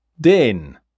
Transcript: den